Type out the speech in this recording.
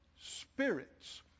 spirits